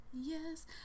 yes